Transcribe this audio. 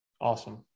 awesome